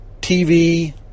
TV